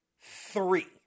three